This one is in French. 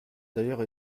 d’ailleurs